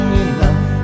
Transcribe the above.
enough